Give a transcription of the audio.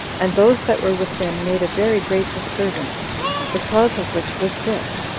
and those that were within made a very great disturbance the cause of which was this,